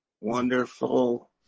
wonderful